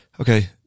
okay